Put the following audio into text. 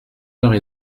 heures